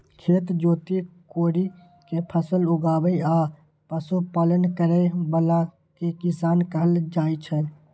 खेत जोति कोड़ि कें फसल उगाबै आ पशुपालन करै बला कें किसान कहल जाइ छै